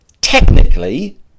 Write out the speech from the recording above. Technically